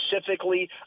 specifically